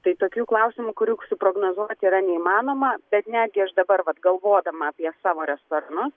tai tokių klausimų kurių suprognozuot yra neįmanoma bet netgi aš dabar vat galvodama apie savo restoranus